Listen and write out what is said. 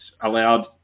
allowed